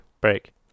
break